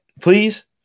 please